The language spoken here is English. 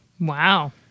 Wow